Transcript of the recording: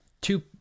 two